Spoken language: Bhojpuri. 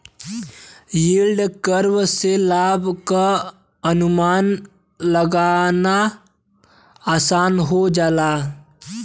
यील्ड कर्व से लाभ क अनुमान लगाना आसान हो जाला